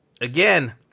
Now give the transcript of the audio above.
again